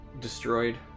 destroyed